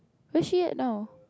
where she at now